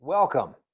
Welcome